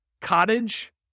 Cottage